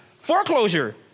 Foreclosure